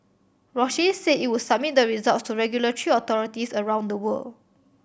Roche said it would submit the results to regulatory authorities around the world